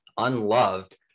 unloved